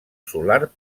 solar